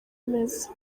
bimeze